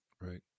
Right